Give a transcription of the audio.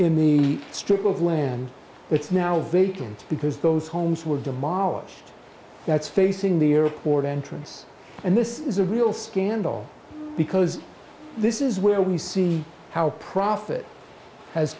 in the strip of land it's now a vacant because those homes were demolished that's facing the airport entrance and this is a real scandal because this is where we see how profit has